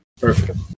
Perfect